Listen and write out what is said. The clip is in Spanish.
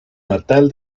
natal